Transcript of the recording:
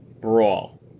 Brawl